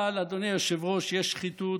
אבל, אדוני היושב-ראש, יש שחיתות